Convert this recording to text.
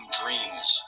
dreams